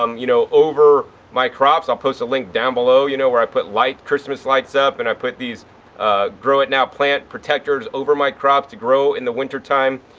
um you know, over my crops. i'll post a link down below, you know, where i put light christmas lights up and i've put these grow it now plant protectors over my crops to grow in the winter time,